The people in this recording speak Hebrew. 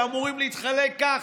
שאמורים להתחלק כך,